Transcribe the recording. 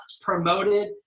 promoted